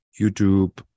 YouTube